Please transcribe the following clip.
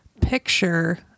picture